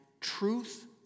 truth